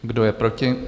Kdo je proti?